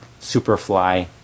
Superfly